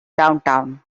downtown